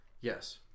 yes